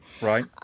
Right